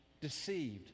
deceived